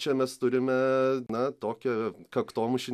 čia mes turime na tokį kaktomušį